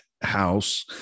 house